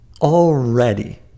already